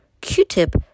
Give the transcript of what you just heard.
Q-tip